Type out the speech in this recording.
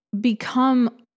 become